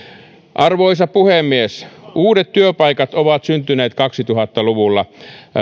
arvoisa puhemies uudet työpaikat ovat syntyneet kaksituhatta luvulla